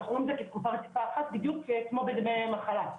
אנחנו רואים את זה כתקופה אחת בדיוק כמו בדמי מחלה,